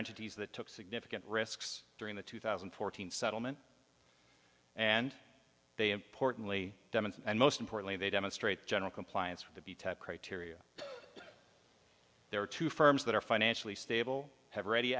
entities that took significant risks during the two thousand and fourteen settlement and they importantly and most importantly they demonstrate general compliance for the b type criteria there are two firms that are financially stable have ready